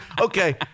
okay